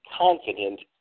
confident